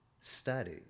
study